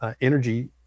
energy